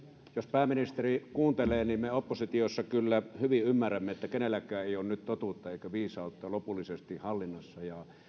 jos pääministeri kuuntelee niin me oppositiossa kyllä hyvin ymmärrämme että kenelläkään ei ole nyt totuutta eikä viisautta lopullisesti hallinnassa